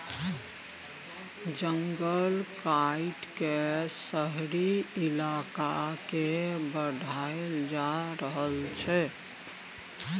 जंगल काइट के शहरी इलाका के बढ़ाएल जा रहल छइ